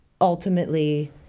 ultimately